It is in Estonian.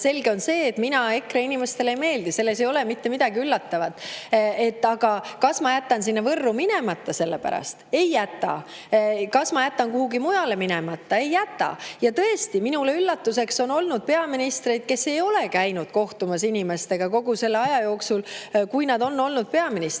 Selge on see, et mina EKRE inimestele ei meeldi, selles ei ole mitte midagi üllatavat. Aga kas ma jätan Võrru minemata selle pärast? Ei jäta. Kas ma jätan kuhugi mujale minemata? Ei jäta. Tõesti, minu üllatuseks on olnud peaministreid, kes ei ole käinud inimestega kohtumas kogu selle aja jooksul, kui nad on peaministrid